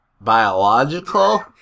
biological